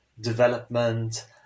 development